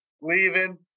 leaving